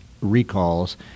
recalls